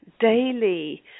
daily